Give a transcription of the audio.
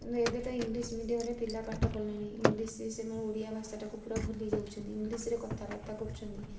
କିନ୍ତୁ ଏବେ ତ ଇଂଲିଶ ମିଡ଼ିଅମ୍ ରେ ପିଲା ପାଠ ପଢ଼ିଲେଣି ଇଂଲିଶ ସେମାନେ ଓଡ଼ିଆ ଭାଷାଟାକୁ ପୁରା ଭୁଲି ଯାଉଛନ୍ତି ଇଂଲିଶରେ କଥାବାର୍ତ୍ତା କରୁଛନ୍ତି